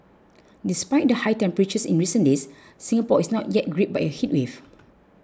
despite the high temperatures in recent days Singapore is not yet gripped by a heatwave